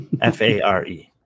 F-A-R-E